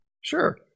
Sure